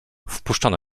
wpuszczono